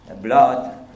blood